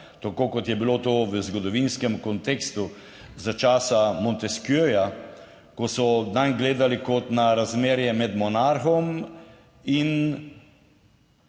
tako kot je bilo to v zgodovinskem kontekstu za časa Montesqueja, ko so nanj gledali kot na razmerje med monarhom in